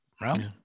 right